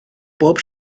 bob